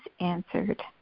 answered